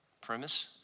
premise